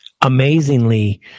amazingly